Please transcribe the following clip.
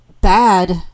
bad